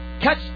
Catch